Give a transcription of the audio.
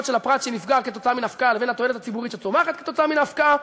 הפרט שנפגע מהפקעה לבין התועלת הציבורית שצומחת כתוצאה מההפקעה.